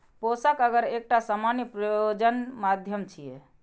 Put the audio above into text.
पोषक अगर एकटा सामान्य प्रयोजन माध्यम छियै